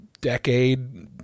decade